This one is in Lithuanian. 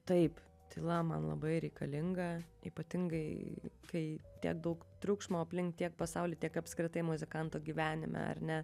taip tyla man labai reikalinga ypatingai kai tiek daug triukšmo aplink tiek pasauly tiek apskritai muzikanto gyvenime ar ne